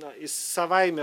na jis savaime